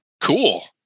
Cool